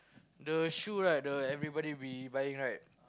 the shoe right the everybody be buying right